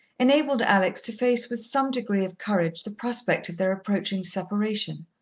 enabled alex to face with some degree of courage the prospect of their approaching separation.